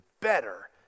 better